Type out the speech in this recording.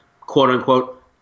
quote-unquote